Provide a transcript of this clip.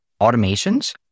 automations